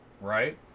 Right